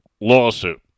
lawsuit